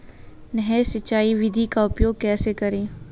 नहर सिंचाई विधि का उपयोग कैसे करें?